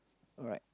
alright